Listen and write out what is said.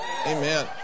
Amen